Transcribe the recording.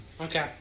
Okay